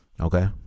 okay